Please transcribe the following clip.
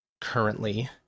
currently